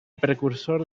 precursor